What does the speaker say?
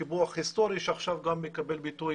קיפוח היסטורי שעכשיו גם מקבל ביטוי